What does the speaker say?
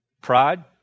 Pride